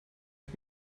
ich